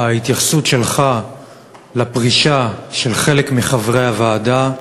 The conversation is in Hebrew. ההתייחסות שלך לפרישה של חלק מחברי הוועדה,